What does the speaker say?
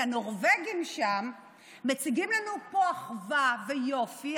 כי הנורבגים שם מציגים לנו פה אחווה ויופי,